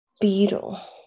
beetle